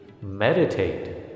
Meditate